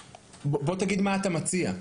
בוא תגיד מה אתה מציע.